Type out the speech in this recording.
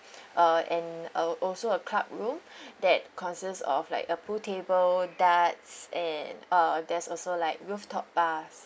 uh and uh also a club room that consist of like a pool table darts and uh there's also like rooftop bars